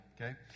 okay